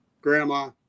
grandma